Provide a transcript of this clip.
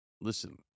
listen